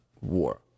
war